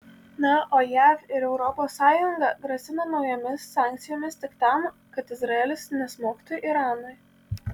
na o jav ir europos sąjunga grasina naujomis sankcijomis tik tam kad izraelis nesmogtų iranui